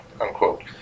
unquote